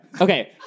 Okay